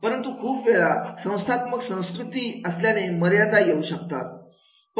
परंतु खूप वेळा संस्थात्मक संस्कृती असल्याने मर्यादा येऊ शकतात